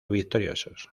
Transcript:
victoriosos